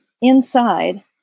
inside